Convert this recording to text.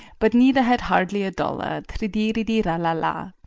but neither had hardly a dollar, tridiridi-ralla-la.